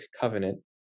covenant